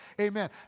amen